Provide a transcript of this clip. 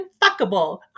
unfuckable